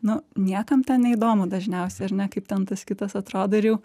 nu niekam ten neįdomu dažniausiai ar ne kaip ten tas kitas atrodo ir jau